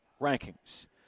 rankings